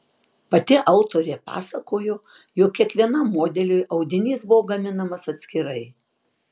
pati autorė pasakojo jog kiekvienam modeliui audinys buvo gaminamas atskirai